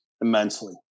immensely